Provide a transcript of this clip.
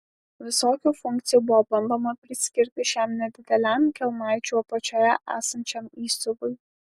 visokių funkcijų buvo bandoma priskirti šiam nedideliam kelnaičių apačioje esančiam įsiuvui